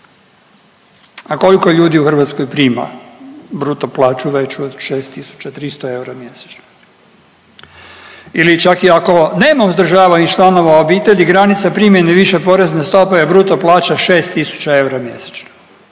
A koliko ljudi u Hrvatskoj prima bruto plaću veću od 6300 eura mjesečno? Ili čak i ako nema udržavanih članova obitelji granica primjene više porezne stope je bruto plaća 6000 eura mjesečno.